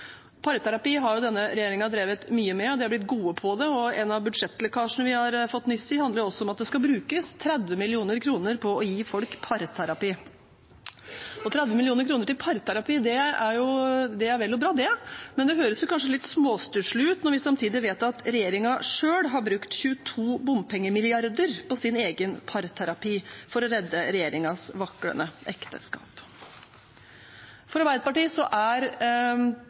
parterapi. Og parterapi har jo denne regjeringen drevet mye med. De er blitt gode på det, og en av budsjettlekkasjene vi har fått nyss om, handler om at det skal brukes 30 mill. kr på å gi folk parterapi. 30 mill. kr til parterapi er vel og bra, det, men det høres kanskje litt småstusslig ut når vi samtidig vet at regjeringen har brukt 22 bompengemilliarder på sin egen parterapi for å redde sitt vaklende ekteskap. For Arbeiderpartiet er